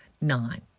Nine